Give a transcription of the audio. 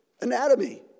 anatomy